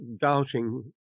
doubting